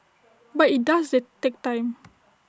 but IT does take time